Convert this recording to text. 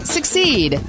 Succeed